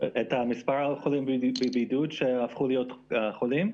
מספר האנשים בבידוד שהפכו להיות חולים?